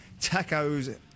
tacos